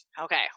Okay